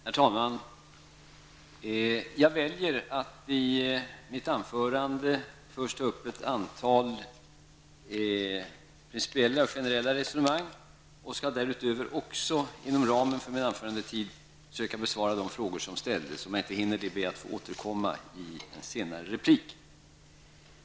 Herr talman! Jag väljer att i mitt anförande först ta upp ett antal principiella och generella resonemang och skall därutöver också inom ramen för min anförandetid söka besvara de frågor som ställdes. Om jag inte hinner det ber jag att få återkomma i en senare replik.